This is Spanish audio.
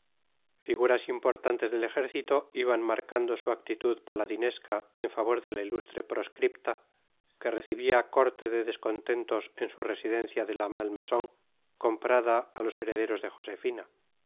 figuras importantes del ejército iban marcando su actitud paladinesca en favor de la ilustre proscripta que recibía corte de descontentos en su residencia de la malmaison comprada a los herederos de josefina